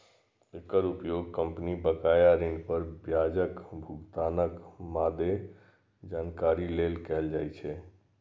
एकर उपयोग कंपनी बकाया ऋण पर ब्याजक भुगतानक मादे जानकारी लेल कैल जाइ छै